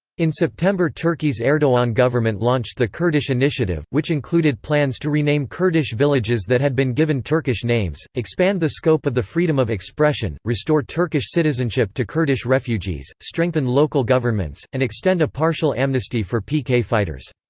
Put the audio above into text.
in september turkey's erdogan-government launched the kurdish initiative, which included plans to rename kurdish villages that had been given turkish names, expand the scope of the freedom of expression, restore turkish citizenship to kurdish refugees, strengthen local governments, and extend a partial amnesty for pk fighters.